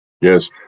Yes